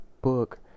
book